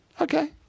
okay